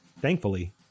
Thankfully